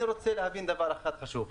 אני רוצה להבין דבר אחד חשוב,